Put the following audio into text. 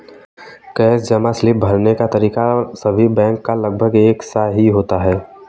cash जमा slip भरने का तरीका सभी बैंक का लगभग एक सा ही होता है